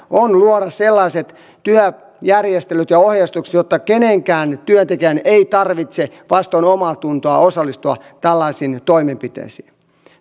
on luoda sellaiset työjärjestelyt ja ohjeistukset jotta kenenkään työntekijän ei tarvitse vastoin omaatuntoa osallistua tällaisiin toimenpiteisiin